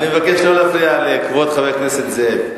אני מבקש לא להפריע לכבוד חבר הכנסת זאב.